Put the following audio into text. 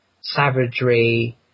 savagery